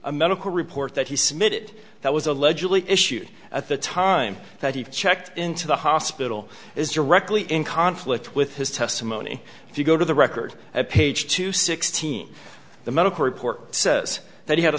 a medical report that he submitted that was allegedly issued at the time that he checked into the hospital is directly in conflict with his testimony if you go to the record at page two sixteen the medical report says that he had a